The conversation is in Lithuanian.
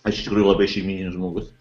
aš iš tikrųjų labai šeimyninis žmogus